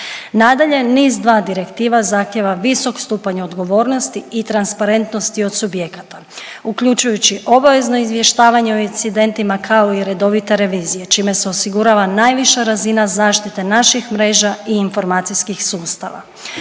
Nadalje, NIS2 Direktiva zahtjeva visok stupanj odgovornosti i transparentnosti od subjekata uključujući obavezno izvještavanje o incidentima, kao i redovita revizija, čime se osigurava najviša razina zaštite naših mreža i informacijskih sustava.